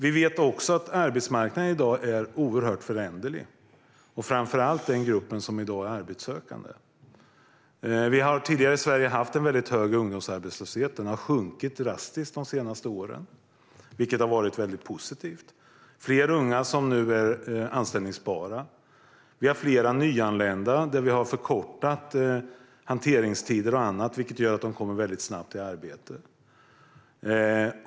Vi vet också att arbetsmarknaden i dag är oerhört föränderlig. Det gäller framför allt gruppen arbetssökande. Det har tidigare i Sverige funnits en hög ungdomsarbetslöshet. Den har sjunkit drastiskt de senaste åren, vilket har varit positivt. Fler unga är nu anställbara. För fler nyanlända har hanteringstider och annat förkortats, vilket gör att de snabbt kommer i arbete.